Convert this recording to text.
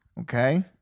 Okay